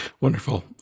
Wonderful